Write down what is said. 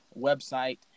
website